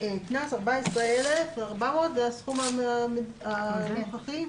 הקנס הוא 14,400 שקל.